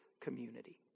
community